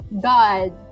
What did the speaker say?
God